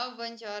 Buongiorno